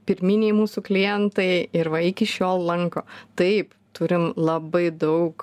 pirminiai mūsų klientai ir va iki šiol lanko taip turim labai daug